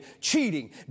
cheating